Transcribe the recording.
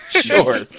Sure